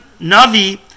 Navi